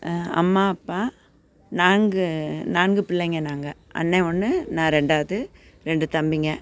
அம்மா அப்பா நாங்கள் நான்கு பிள்ளைங்கள் நாங்கள் அண்ணன் ஒன்று நான் ரெண்டாவது ரெண்டு தம்பிங்கள்